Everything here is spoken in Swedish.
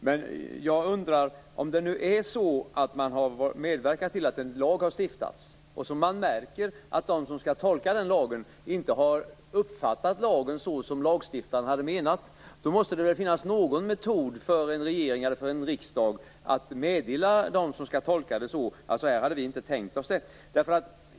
Men om man har medverkat till att en lag har stiftats och om man märker att de som skall tolka den lagen inte har uppfattat lagen så som lagstiftaren menat, måste det väl finnas någon möjlighet för en regering eller riksdag att meddela dem som skall tolka lagen hur man har menat att den skall tolkas.